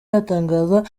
yatangaza